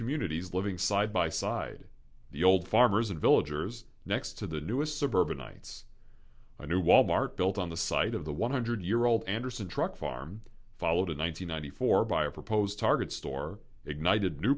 communities living side by side the old farmers and villagers next to the newest suburbanites i know wal mart built on the site of the one hundred year old anderson truck farm followed in one thousand nine hundred four by a proposed target store ignited new